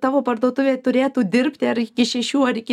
tavo parduotuvė turėtų dirbti ar iki šešių ar iki